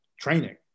training